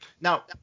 now